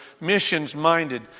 missions-minded